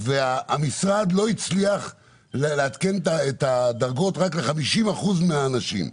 והמשרד לא הצליח לעדכן את הדרגות רק ל-50 אחוזים מהאנשים.